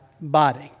body